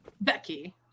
Becky